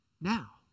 now